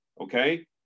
okay